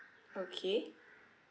okay